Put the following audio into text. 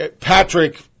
Patrick